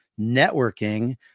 networking